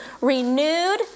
renewed